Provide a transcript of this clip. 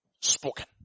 Spoken